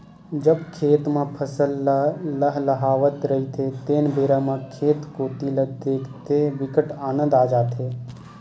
जब खेत म फसल ल लहलहावत रहिथे तेन बेरा म खेत कोती ल देखथे बिकट आनंद आ जाथे